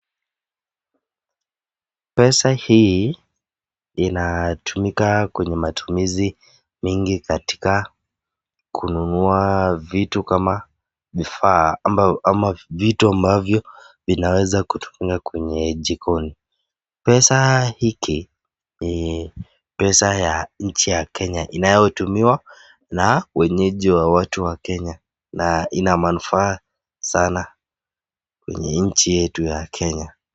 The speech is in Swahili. Pesa hii inatumika kwenye matumizi mingi katika kununua vitu kama vifaa ambayo ama vitu ambavyo vinaweza kutumika kwenye jikoni. Pesa hiki ni pesa ya nchi ya kenya inayotumiwa na wenyeji wa nchi ya kenya na ina manufaa sana kwenye nchi yetu ya kenya.